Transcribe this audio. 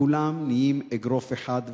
כולם נהיים אגרוף אחד.